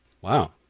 wow